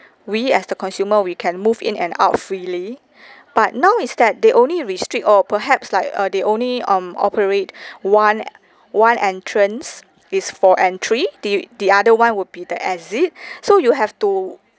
we as the consumer we can move in and out freely but now is that they only restrict oh perhaps like uh they only um operate one one entrance is for entry the the other one would be the exit so you have to